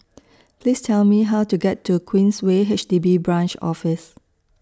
Please Tell Me How to get to Queensway H D B Branch Office